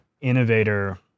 Innovator